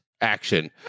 action